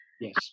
Yes